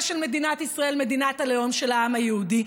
של מדינת ישראל מדינת הלאום של העם היהודי,